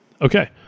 Okay